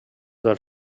del